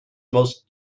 most